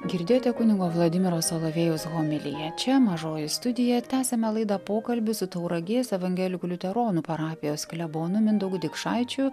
girdėjote kunigo vladimiro salovėjaus homiliją čia mažoji studija tęsiame laidą pokalbį su tauragės evangelikų liuteronų parapijos klebonu mindaugu dikšaičiu